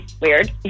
weird